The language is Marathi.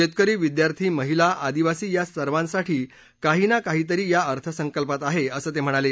शेतकरी विद्यार्थी माहिला आदिवासी या सर्वांसाठी काहीनाकाही तरी या अर्थसंकल्पात आहे असं ते म्हणाले